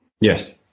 Yes